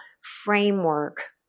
framework